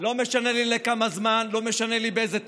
לא משנה לי לכמה זמן, לא משנה לי באיזה תנאים.